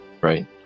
right